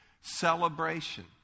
Celebration